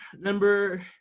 number